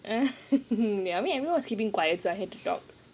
I mean everyone's keeping quiet so I had to talk